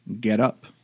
get-up